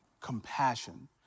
Compassion